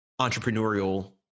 entrepreneurial